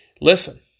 Listen